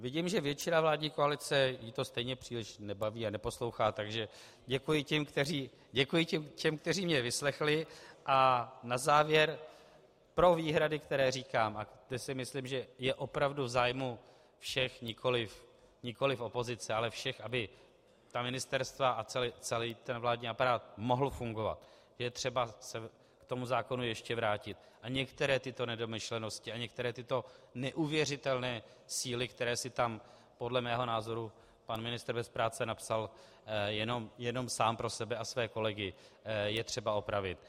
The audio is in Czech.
Vidím, že většinu vládní koalici to stejně příliš nebaví a neposlouchá, takže děkuji těm, kteří mě vyslechli, a na závěr pro výhrady, které říkám, protože si myslím, že je opravdu v zájmu všech, nikoliv opozice, ale všech, aby ministerstva a celý vládní aparát mohly fungovat, je třeba se k tomu zákonu ještě vrátit a některé tyto nedomyšlenosti a některé tyto neuvěřitelné síly, které si tam podle mého názoru pan ministr bez práce napsal jenom sám pro sebe a své kolegy, je třeba opravit.